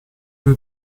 che